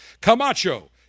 Camacho